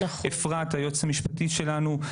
אפרת היועצת המשפטית שלנו.